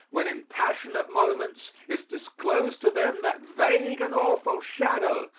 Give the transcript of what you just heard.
when in passionate moments is disclosed to them that vague and awful shadow,